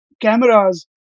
cameras